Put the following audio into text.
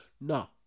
No